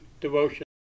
devotion